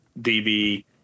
DB